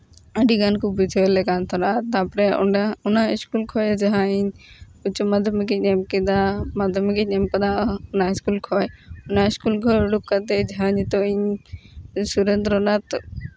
ᱟᱹᱰᱤᱜᱟᱱ ᱠᱚ ᱵᱩᱡᱷᱟᱹᱣ ᱞᱮ ᱠᱟᱱ ᱛᱟᱦᱮᱱᱟ ᱛᱟᱨᱯᱚᱨᱮ ᱚᱸᱰᱮ ᱚᱱᱟ ᱤᱥᱠᱩᱞ ᱠᱷᱚᱡ ᱡᱟᱦᱟᱸᱭ ᱩᱪᱪᱚ ᱢᱟᱫᱽᱫᱷᱚᱢᱤᱠ ᱤᱧ ᱮᱢ ᱠᱮᱫᱟ ᱢᱟᱫᱽᱫᱷᱚᱢᱤᱠ ᱤᱧ ᱮᱢ ᱠᱟᱫᱟ ᱚᱱᱟ ᱤᱥᱠᱩᱞ ᱠᱷᱚᱡ ᱚᱱᱟ ᱤᱥᱠᱩᱞ ᱠᱷᱚᱡ ᱩᱰᱩᱠ ᱠᱟᱛᱮ ᱦᱚᱸ ᱱᱤᱛᱚᱜ ᱤᱧ ᱥᱩᱨᱮᱱᱫᱨᱚᱱᱟᱛᱷ